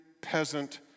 peasant